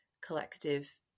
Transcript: collective